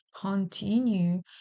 continue